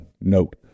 Note